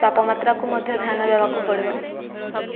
ତାପମାତ୍ରାକୁ ମଧ୍ୟ ଧ୍ୟାନ ଦେବାକୁ ପଡ଼ିବ